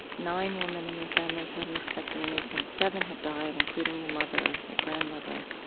nine women in your family have had mastectomies and seven have died, including your mother, your grandmother.